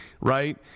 right